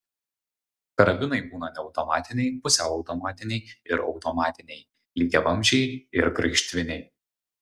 karabinai būna neautomatiniai pusiau automatiniai ir automatiniai lygiavamzdžiai ir graižtviniai